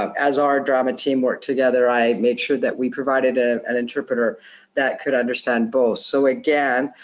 um as our drama team worked together, i made sure that we provided ah an interpreter that could understand both. so, again,